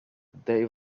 they